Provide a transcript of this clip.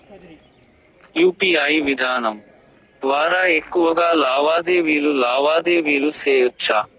UPI విధానం ద్వారా ఎక్కువగా లావాదేవీలు లావాదేవీలు సేయొచ్చా?